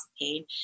Pain